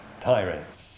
tyrants